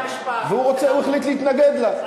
והוא החליט להתנגד לה.